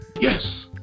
Yes